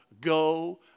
go